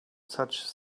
such